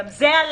גם זה הלך.